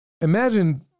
Imagine